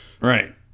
Right